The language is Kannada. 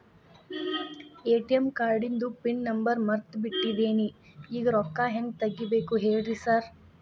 ಎ.ಟಿ.ಎಂ ಕಾರ್ಡಿಂದು ಪಿನ್ ನಂಬರ್ ಮರ್ತ್ ಬಿಟ್ಟಿದೇನಿ ಈಗ ರೊಕ್ಕಾ ಹೆಂಗ್ ತೆಗೆಬೇಕು ಹೇಳ್ರಿ ಸಾರ್